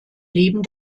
leben